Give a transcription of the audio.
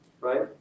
Right